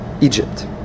Egypt